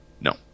No